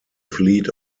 fleet